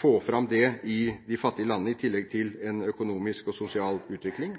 få fram det i de fattige landene, i tillegg til en økonomisk og sosial utvikling.